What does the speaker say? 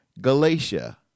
Galatia